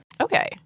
Okay